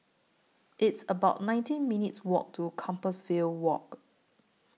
It's about nineteen minutes' Walk to Compassvale Walk